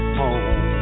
home